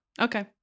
okay